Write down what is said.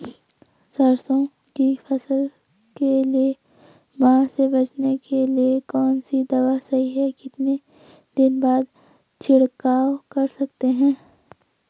सरसों की फसल के लिए माह से बचने के लिए कौन सी दवा सही है कितने दिन बाद छिड़काव कर सकते हैं?